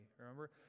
Remember